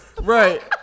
Right